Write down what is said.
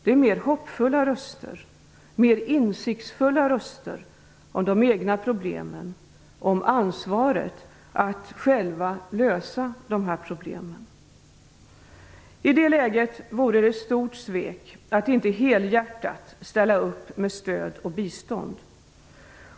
Det är mer hoppfulla röster och mer insiktsfulla röster om de egna problemen och om ansvaret att själva lösa dessa problem. I det läget vore det ett stort svek att inte helhjärtat ställa upp med stöd och bistånd.